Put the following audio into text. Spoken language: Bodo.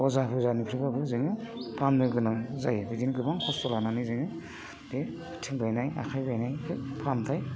अजा बेजानिफ्रायब्लाबो जोङो फाहामनो गोनां जायो बिदिनो गोबां खस्थ' लानायनानै जोङो बे आथिं बायनाय आखाइ बायनायखौ फाहामथाय